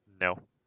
No